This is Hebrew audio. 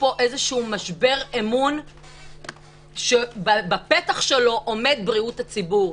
איזשהו משבר אמון שבפתח שלו עומדת בריאות הציבור.